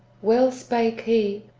well spake he,